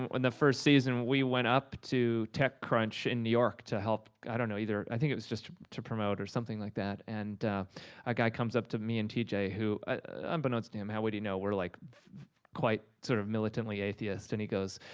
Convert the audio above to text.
when the first season we went up to techcrunch in new york to help, i don't know, either, i think it was just to promote or something like, that, and a guy comes up to me and t. j, who unbeknownst to him, how would he know, we're like quite sort of militantly atheist, and he goes,